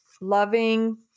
loving